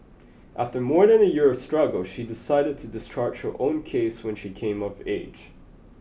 after more than a year of struggle she decided to discharge her own case when she came of age